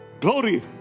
glory